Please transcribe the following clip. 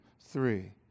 three